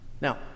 Now